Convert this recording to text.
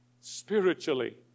Spiritually